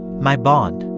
my bond